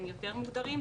הם יותר מוגדרים.